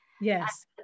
Yes